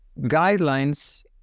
guidelines